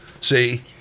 See